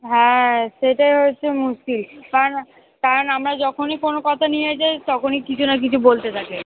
হ্যাঁ সেটাই হয়েছে মুশকিল কারণ কারণ আমরা যখনই কোনো কথা নিয়ে যাই তখনই কিছু না কিছু বলতে থাকে